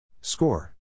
Score